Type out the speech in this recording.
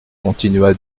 continua